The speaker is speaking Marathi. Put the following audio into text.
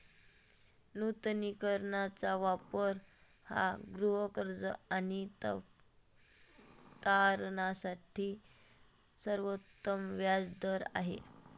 नूतनीकरणाचा वापर हा गृहकर्ज आणि तारणासाठी सर्वोत्तम व्याज दर आहे